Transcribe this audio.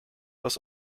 das